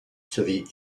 sowie